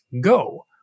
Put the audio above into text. go